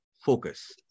focus